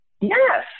Yes